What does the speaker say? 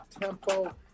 tempo